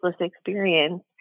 experience